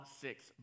six